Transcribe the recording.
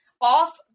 off